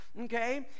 Okay